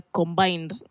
combined